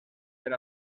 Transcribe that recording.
per